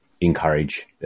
encourage